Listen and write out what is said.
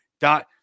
dot